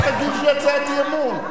אל תגישי הצעת אי-אמון.